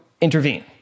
intervene